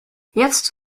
jetzt